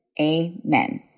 amen